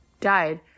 died